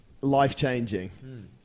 life-changing